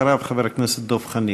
אחריו, חבר הכנסת דב חנין.